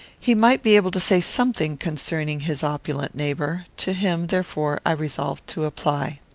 he might be able to say something concerning his opulent neighbour. to him, therefore, i resolved to apply.